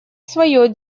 свое